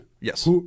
Yes